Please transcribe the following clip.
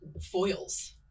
foils